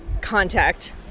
contact